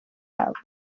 yabo